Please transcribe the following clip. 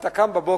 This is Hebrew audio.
אתה קם בבוקר,